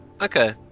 Okay